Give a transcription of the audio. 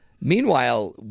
meanwhile